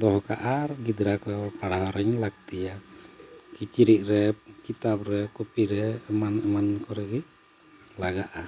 ᱫᱚᱦᱚ ᱠᱟᱜᱼᱟ ᱟᱨ ᱜᱤᱫᱽᱨᱟᱹ ᱠᱚ ᱯᱟᱲᱦᱟᱣ ᱨᱤᱧ ᱞᱟᱹᱠᱛᱤᱭᱟ ᱠᱤᱪᱨᱤᱡ ᱨᱮ ᱠᱤᱛᱟᱹᱵ ᱨᱮ ᱠᱚᱯᱤ ᱨᱮ ᱮᱢᱟᱱ ᱮᱢᱟᱱ ᱠᱚᱨᱮ ᱜᱮ ᱞᱟᱜᱟᱜᱼᱟ